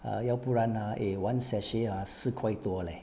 err 要不然 ah a one sachet ah 四块多 leh